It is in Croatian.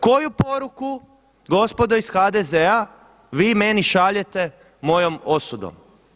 Koju poruku gospodo iz HDZ-a vi meni šaljete mojom osudom?